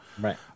Right